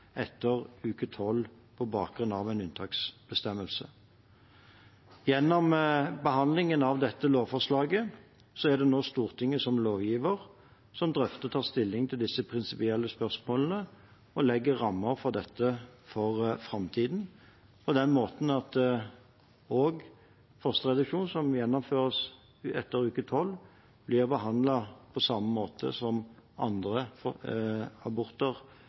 etter 12. uke på bakgrunn av en unntaksbestemmelse. Gjennom behandlingen av dette lovforslaget er det nå Stortinget som lovgiver som drøfter og tar stilling til disse prinsipielle spørsmålene og legger rammen for dette for framtiden, på den måten at fosterreduksjon som gjennomføres etter 12. uke, blir behandlet på samme måte som andre aborter